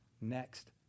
next